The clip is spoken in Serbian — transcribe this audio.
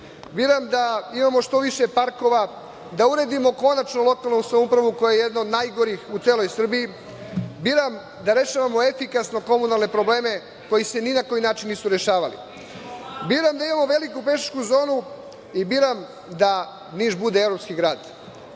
Biram da imamo što više parkova, da uredimo konačno lokalnu samoupravu koja je jedna od najgorih u celoj Srbiji. Biram da rešavamo efikasno komunalne probleme koji se ni na koji način nisu rešavali. Biram da imamo veliku pešačku zonu i biram da Niš bude evropski grad. Čuo